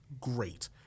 great